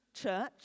church